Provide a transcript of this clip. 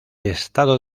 estado